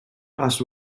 asked